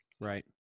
right